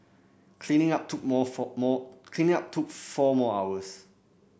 cleaning up took more four more cleaning up took four more hours